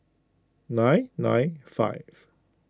nine nine five